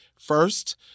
first